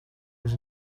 was